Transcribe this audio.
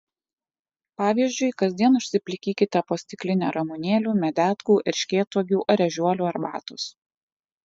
pavyzdžiui kasdien užsiplikykite po stiklinę ramunėlių medetkų erškėtuogių ar ežiuolių arbatos